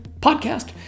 podcast